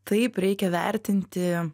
taip reikia vertinti